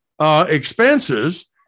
expenses